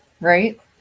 right